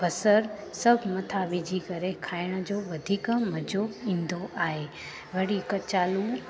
बसर सभु मथां विझी करे खाइण जो वधीक मज़ो ईंदो आहे वरी कचालू